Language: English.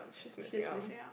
she's missing out